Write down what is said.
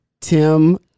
Tim